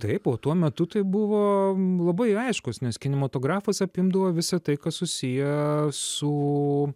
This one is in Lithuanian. taip o tuo metu tai buvo labai aiškus nes kinematografas apimdavo visą tai kas susiję su